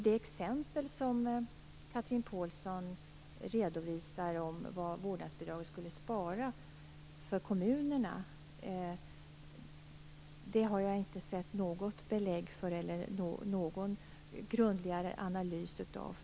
Det exempel som Chatrine Pålsson redovisar och som handlar om vad vårdnadsbidraget skulle spara åt kommunerna har jag inte sett något belägg för eller någon grundligare analys av.